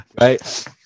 right